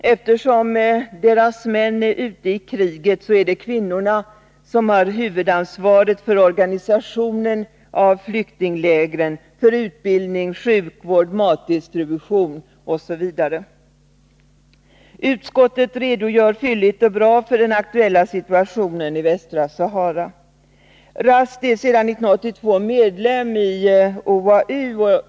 Eftersom deras män är ute i kriget är det kvinnorna som har huvudansvaret för organisationen av flyktinglägren, för utbildning, sjukvård, matdistribution osv. Utskottet redogör fylligt och bra för den aktuella situationen i Västra Sahara. RASD är sedan 1982 medlem i OAU.